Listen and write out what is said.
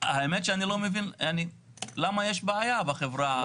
האמת שאני לא מבין למה יש בעיה בחברה הערבית.